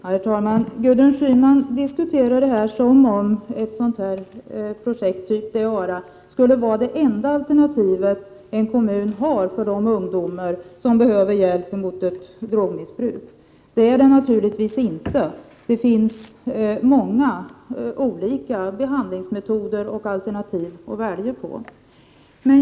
Herr talman! Gudrun Schyman diskuterar detta som om ett projekt av typen ARA skulle vara det enda alternativet en kommun har för de ungdomar som behöver hjälp mot ett drogmissbruk. Det är det naturligtvis inte. Det finns många olika behandlingsmetoder och alternativ att välja mellan.